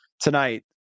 tonight